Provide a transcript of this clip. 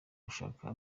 gushaka